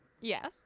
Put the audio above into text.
Yes